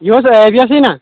یہِ اوس ٲبیَسٕے نا